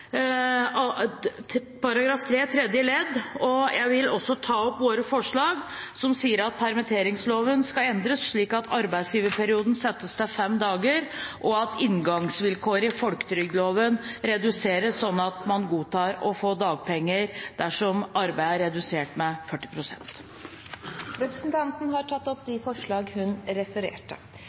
tredje ledd. Jeg vil også ta opp våre forslag, som sier henholdsvis at permitteringsloven skal endres, slik at arbeidsgiverperioden settes til fem dager, og at inngangsvilkåret i folketrygdloven reduseres sånn at man har rett på å få dagpenger dersom arbeidstiden er redusert med minst 40 pst. Representanten Aasrud har tatt opp de forslagene hun refererte